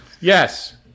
Yes